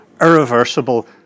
irreversible